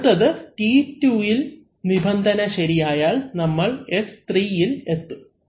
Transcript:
അടുത്തത് T2 നിബന്ധന ശരിയായാൽ നമ്മൾ S3ഇൽ എത്തും